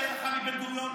אתה יותר חכם מבן-גוריון?